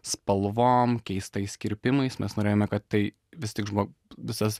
spalvom keistais kirpimais mes norėjome kad tai vis tik žmo visas